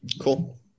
cool